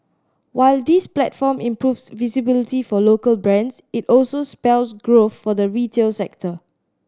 while this platform improves visibility for local brands it also spells growth for the retail sector